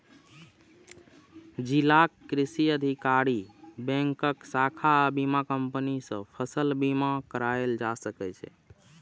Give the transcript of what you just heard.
जिलाक कृषि अधिकारी, बैंकक शाखा आ बीमा कंपनी सं फसल बीमा कराएल जा सकैए